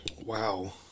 Wow